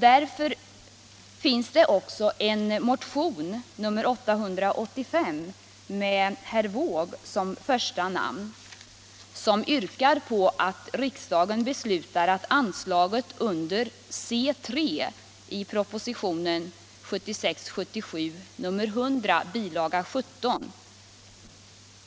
Det finns också en motion, nr 885 med herr Wååg som första namn, som yrkar att riksdagen beslutar att anslaget under C 3 i propositionen 1976/77:100 bil. 17